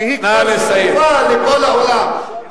שהיא כבר שקופה לכל העולם,